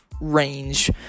range